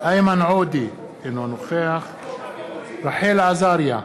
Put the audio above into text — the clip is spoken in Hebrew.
איימן עודה, אינו נוכח רחל עזריה,